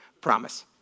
Promise